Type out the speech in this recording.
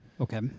okay